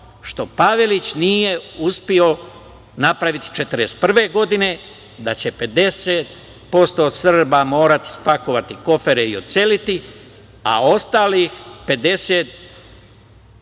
što Pavelić nije uspeo napraviti 1941. godine, da će 50% Srba morati spakovati kofere i odseliti, a ostalih 50%